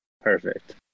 Perfect